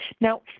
now